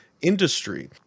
industry